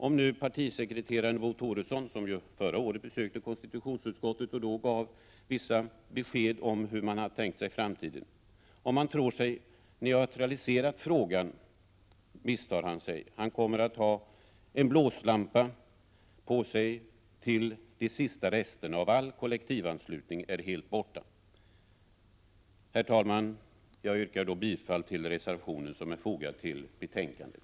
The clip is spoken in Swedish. Om partisekreteraren Bo Toresson, som ju förra året besökte konstitutionsutskottet och då gav vissa besked om hur man har tänkt sig framtiden, tror sig ha neutraliserat frågan, misstar han sig. Han kommer att ha en blåslampa på sig tills de sista resterna av all kollektivanslutning är helt borta. Herr talman! Jag yrkar bifall till den reservation som är fogad till betänkandet.